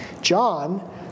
John